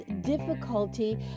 difficulty